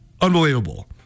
Unbelievable